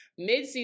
midseason